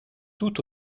tout